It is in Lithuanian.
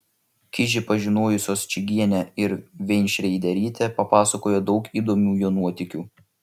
kižį pažinojusios čygienė ir veinšreiderytė papasakojo daug įdomių jo nuotykių